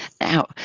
now